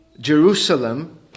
Jerusalem